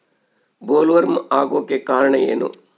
Bollworm ಆಗೋಕೆ ಕಾರಣ ಏನು?